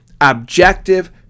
objective